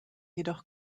jedoch